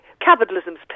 capitalism's